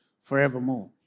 forevermore